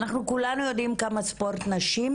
אנחנו כולנו יודעים כמה ספורט נשים